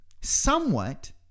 somewhat